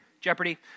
Jeopardy